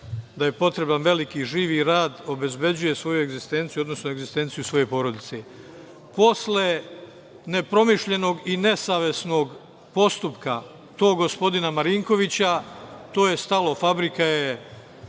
da je potreban veliki živi rad, obezbeđuje svoju egzistenciju, odnosno egzistenciju svoje porodice. Posle nepromišljenog i nesavesnog postupka tog gospodina Marinkovića, to je stalo, fabrika,